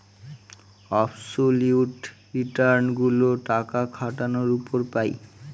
absolute return গুলো টাকা খাটানোর উপর পাই